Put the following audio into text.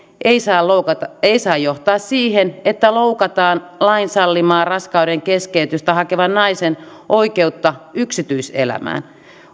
ei saa johtaa siihen että loukataan lain sallimaa raskaudenkeskeytystä hakevan naisen oikeutta yksityiselämään